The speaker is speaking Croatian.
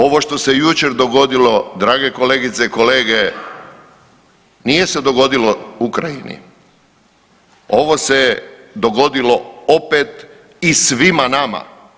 Ovo što se jučer dogodilo drage kolegice i kolege nije se dogodilo Ukrajini, ovo se dogodilo opet i svima nama.